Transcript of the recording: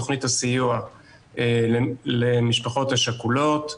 תכנית הסיוע למשפחות השכולות פועלת,